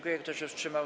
Kto się wstrzymał?